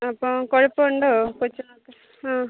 അപ്പോൾ കുഴപ്പമുണ്ടോ കൊച്ചുങ്ങൾക്ക് ആ